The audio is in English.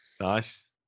Nice